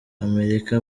amerika